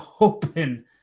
open